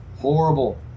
Horrible